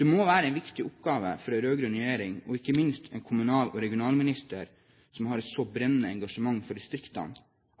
Det må være en viktig oppgave for en rød-grønn regjering, og ikke minst en kommunal- og regionalminister som har et så brennende engasjement for distriktene,